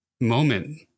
moment